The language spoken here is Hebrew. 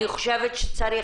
אני חושבת שצריך.